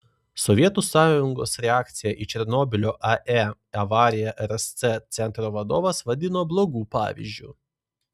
sovietų sąjungos reakciją į černobylio ae avariją rsc centro vadovas vadino blogu pavyzdžiu